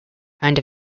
kind